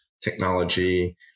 technology